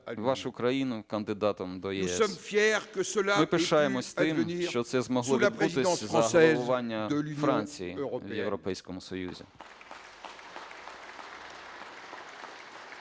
вашу країну кандидатом до ЄС. Ми пишаємося тим, що це змогло відбутися за головування Франції в Європейському Союзі.